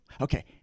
Okay